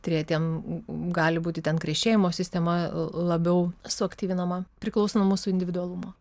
tretiem gali būti ten krešėjimo sistema labiau suaktyvinama priklauso nuo mūsų individualumo